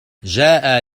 جاء